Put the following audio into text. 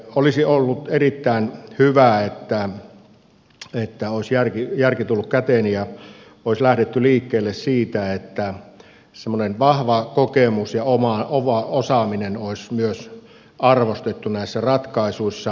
olisi ollut erittäin hyvä että olisi järki tullut käteen ja olisi lähdetty liikkeelle siitä että semmoista vahvaa kokemusta ja omaa osaamista olisi myös arvostettu näissä ratkaisuissa